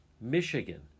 Michigan